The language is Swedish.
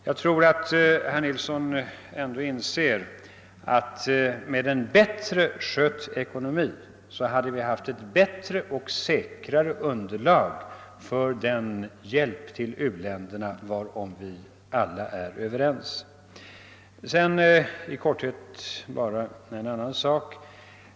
Jag tror att herr Nilsson ändå inser, att vi med en bättre skött ekonomi hade haft ett bättre och säkrare underlag för den hjälp till u-länderna, varom vi alla är överens. Sedan vill jag bara i korthet beröra en annan sak.